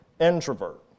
introvert